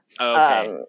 okay